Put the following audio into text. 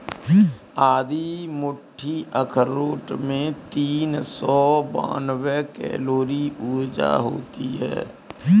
आधी मुट्ठी अखरोट में तीन सौ बानवे कैलोरी ऊर्जा होती हैं